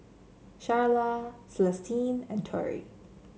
Sharla Celestine and Tory